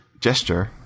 gesture